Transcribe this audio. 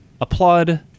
applaud